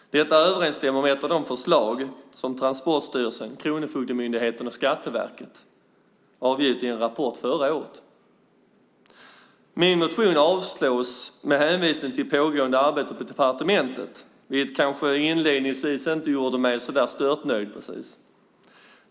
Detta överensstämmer med ett av de förslag som Transportstyrelsen, Kronofogdemyndigheten och Skatteverket avgivit i en rapport förra året. Min motion avslås med hänvisning till pågående arbete på departementet, vilket inledningsvis inte gjorde mig så störtnöjd precis.